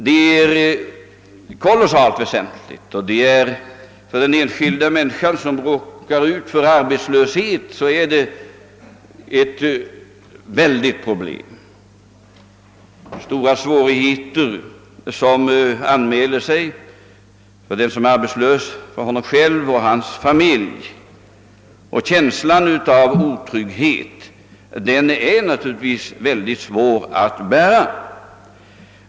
Den är oerhört väsentlig. För den enskilda människan som råkar ut för arbetslöshet är detta ett väldigt problem. Det är stora svårigheter som anmäler sig för den arbetslöse och för hans familj, och känslan av otrygghet är naturligtvis mycket tung att bära.